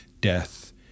death